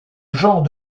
genre